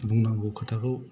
बुंनांगौ खोथाखौ